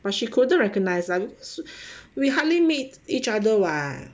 but she couldn't recognise ah we hardly meet each other [what]